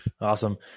Awesome